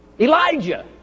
Elijah